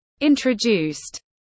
introduced